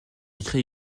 écrit